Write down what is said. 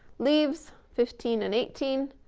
leaves fifteen and eighteen.